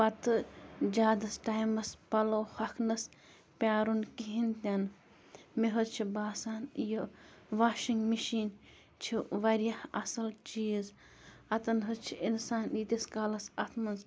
پَتہٕ زیادَس ٹایمَس پَلو ہۄکھنَس پیٛارُن کِہیٖنۍ تہِ نہٕ مےٚ حظ چھِ باسان یہِ واشنٛگ مِشیٖن چھِ واریاہ اَصٕل چیٖز اَتٮ۪ن حظ چھُ اِنسان ییٖتِس کالَس اَتھ منٛز